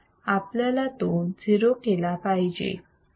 आपल्याला तो 0 केला पाहिजे